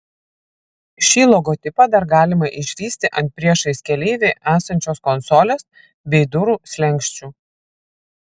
šį logotipą dar galima išvysti ant priešais keleivį esančios konsolės bei durų slenksčių